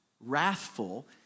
Wrathful